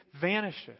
vanishes